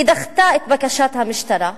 היא דחתה את בקשת המשטרה,